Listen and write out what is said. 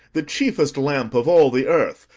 the chiefest lamp of all the earth,